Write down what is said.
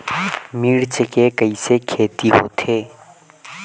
मिर्च के कइसे खेती होथे?